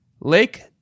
Lake